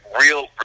real